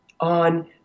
on